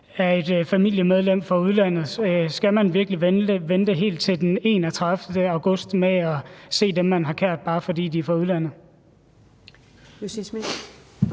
af et familiemedlem fra udlandet? Skal man virkelig vente helt til den 31. august med at se dem, man har kær, bare fordi de er fra udlandet?